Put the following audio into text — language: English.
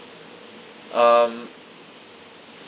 um